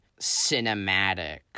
cinematic